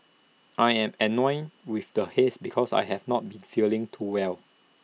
I am annoyed with the haze because I have not been feeling too well